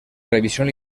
revisión